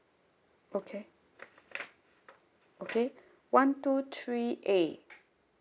okay okay one two three A